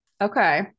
Okay